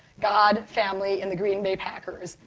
god, family, and the green bay packers,